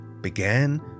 began